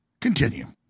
Continue